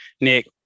Nick